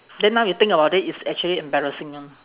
then now you think about it it's actually embarrassing lor